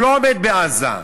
הוא לא עומד בעזה,